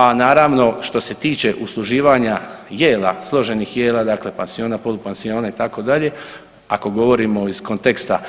A naravno što se tiče usluživanja jela, složenih jela dakle pansiona, polupansiona itd., ako govorimo iz konteksta